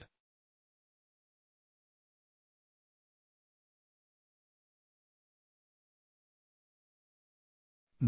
तर आपण एक उदाहरण पाहू हे एक उदाहरण आहे आणि ISA 110 बाय 110 बाय 10 मिमी म्हणजे भारतीय मानक कोनात 150 किलो न्यूटनचे घटक टेन्साइल फोर्स असते त्याला जोडायचे असते